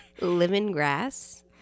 Lemongrass